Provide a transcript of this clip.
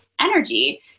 energy